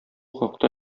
хакта